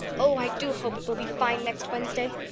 oh, i do hope it will be fine next wednesday.